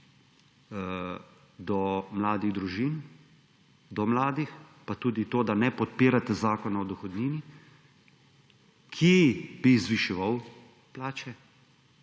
do mladih družin, do mladih, pa tudi to, da ne podpirate Zakona o dohodnini, ki bi zviševal plače,